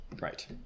right